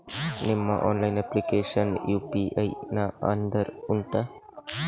ನಿಮ್ಮ online application UPI ನ under ಉಂಟಾ